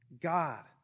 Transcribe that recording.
God